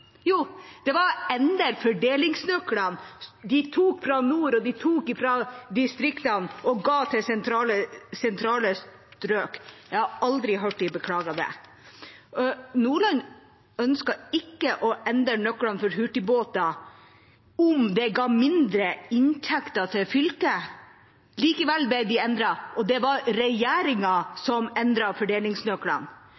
Jo, det var å endre fordelingsnøklene. Man tok fra nord og fra distriktene og ga til sentrale strøk. Jeg har aldri hørt dem beklage det. Nordland ønsket ikke å endre fordelingsnøklene for hurtigbåter, dersom det ga mindre inntekter til fylket. Likevel ble det endret. Det var regjeringa som endret fordelingsnøklene. Og det var